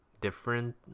different